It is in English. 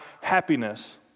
happiness